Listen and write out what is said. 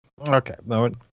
Okay